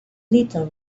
little